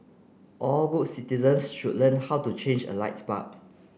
all good citizens should learn how to change a light bulb